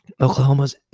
Oklahoma's